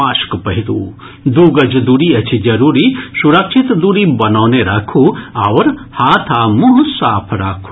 mask पहिरू दू गज दूरी अछि जरूरी सुरक्षित दूरी बनौने राखू आओर हाथ आ मुंह साफ राखू